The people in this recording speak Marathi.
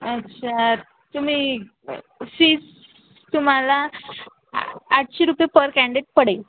अच्छा तुम्ही फीस तुम्हाला आठशे रुपये पर कँडेट पडेल